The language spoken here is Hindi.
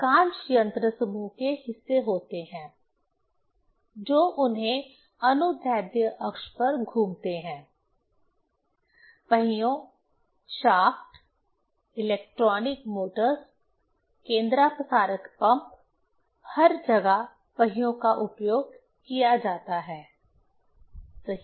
अधिकांश यंत्रसमूह के हिस्से होते हैं जो उनके अनुदैर्ध्य अक्ष पर घूमते हैं पहियों शाफ्ट इलेक्ट्रॉनिक मोटर्स केन्द्रापसारक पंप हर जगह पहियों का उपयोग किया जाता है सही